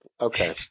Okay